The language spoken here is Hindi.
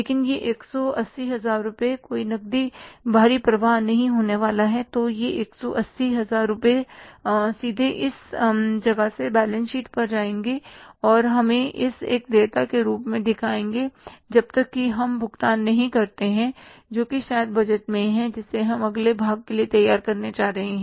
लेकिन यह 180 हजार रुपये कोई नकदी बाहरी प्रवाह नहीं होने वाला है तो यह 180 हजार रुपये सीधे इस जगह से बैलेंस शीट पर जाएंगे और हम इसे एक देयता के रूप में दिखाएँगे जब तक कि हम भुगतान नहीं करते हैं जोकि शायद बजट में है जिसे हम अगले भाग के लिए तैयार करने जा रहे हैं